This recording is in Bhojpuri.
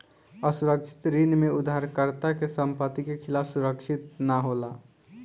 असुरक्षित ऋण में उधारकर्ता के संपत्ति के खिलाफ सुरक्षित ना होला